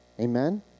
Amen